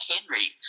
Henry